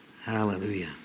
Hallelujah